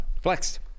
Flexed